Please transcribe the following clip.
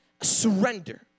surrender